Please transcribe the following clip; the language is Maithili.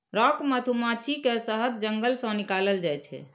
रॉक मधुमाछी के शहद जंगल सं निकालल जाइ छै